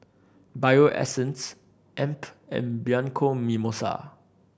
Bio Essence AMP and Bianco Mimosa